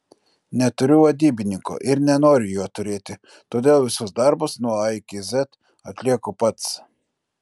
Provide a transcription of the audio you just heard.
neturiu vadybininko ir nenoriu jo turėti todėl visus darbus nuo a iki z atlieku pats